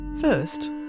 First